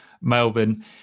Melbourne